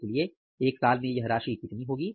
इसलिए एक साल में यह राशि कितनी होगी